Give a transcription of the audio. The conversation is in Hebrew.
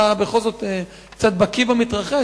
אתה בכל זאת קצת בקי במתרחש.